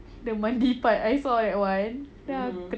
the mandi part I saw that [one]